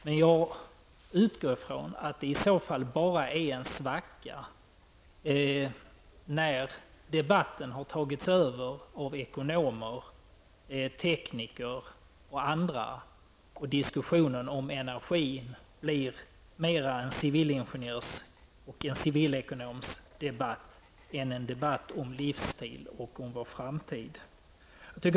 Men jag utgår i så fall ifrån att det bara är en svacka då debatten har tagits över av ekonomer, tekniker och andra och diskussionen om energi har blivit mera en civilingenjörs och civilekonomsdebatt än en debatt om livsstil och vår framtid.